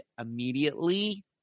immediately